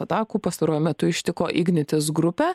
atakų pastaruoju metu ištiko ignitis grupę